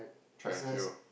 track and field